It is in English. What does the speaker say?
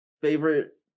favorite